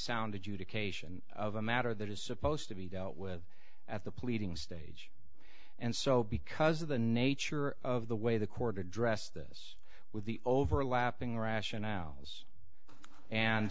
adjudication of a matter that is supposed to be dealt with at the pleading stage and so because of the nature of the way the court address this with the overlapping rationales an